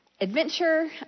adventure